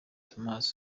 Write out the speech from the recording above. thomas